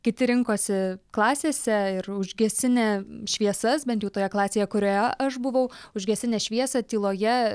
kiti rinkosi klasėse ir užgesinę šviesas bent jau toje klasėje kurioje aš buvau užgesinę šviesą tyloje